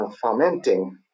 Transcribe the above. fermenting